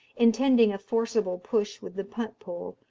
intending a forcible push with the punt pole,